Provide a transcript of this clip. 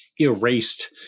erased